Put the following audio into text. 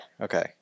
Okay